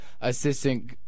assistant